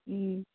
ꯎꯝ